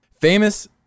famous